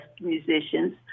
musicians